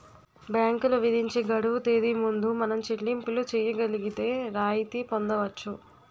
బ్యాంకులు విధించే గడువు తేదీ ముందు మనం చెల్లింపులు చేయగలిగితే రాయితీ పొందవచ్చు